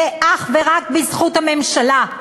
זה אך ורק בזכות הממשלה.